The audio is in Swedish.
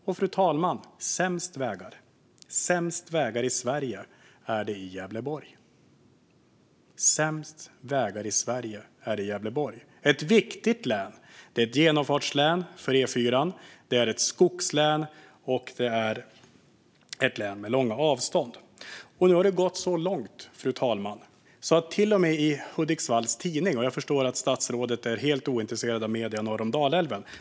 Och, fru talman, sämst vägar i Sverige är det i Gävleborg. Sämst vägar i Sverige är det i Gävleborg. Det är ett viktigt län. Det är ett genomfartslän för E4:an. Det är ett skogslän, och det är ett län med långa avstånd. Nu har det gått så långt, fru talman, att det till och med skrivs i Hudiksvalls Tidning. Jag förstår att statsrådet är helt ointresserad av medier norr om Dalälven.